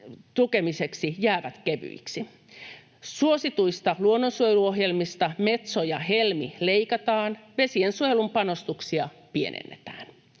tukemiseksi jäävät kevyiksi. Suosituista Metso- ja Helmi-luonnonsuojeluohjelmista leikataan, vesiensuojelun panostuksia pienennetään.